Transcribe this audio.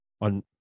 on